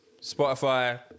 Spotify